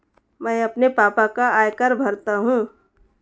मैं अपने पापा का आयकर भरता हूं